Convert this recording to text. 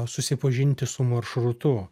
susipažinti su maršrutu